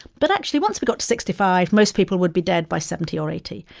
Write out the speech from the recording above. but actually, once we got to sixty five, most people would be dead by seventy or eighty.